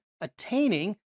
attaining—